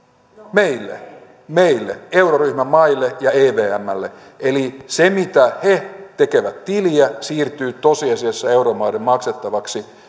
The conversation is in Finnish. meille meille euroryhmän maille ja evmlle eli se mitä he tekevät tiliä siirtyy tosiasiassa euromaiden maksettavaksi